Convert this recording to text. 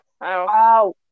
Wow